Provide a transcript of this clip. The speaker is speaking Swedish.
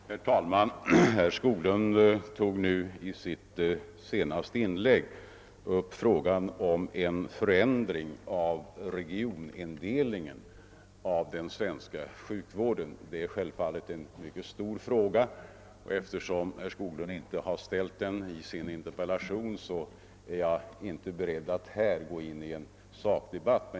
Herr talman! Herr Skoglund tog i sitt senaste inlägg upp frågan om en förändring av regionindelningen av den svenska sjukvården. Det är självfallet en mycket omfattande fråga, och eftersom herr Skoglund inte har ställt den i sin interpellation är jag inte beredd att här gå in i en sakdebatt.